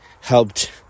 helped